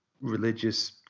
religious